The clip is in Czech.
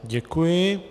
Děkuji.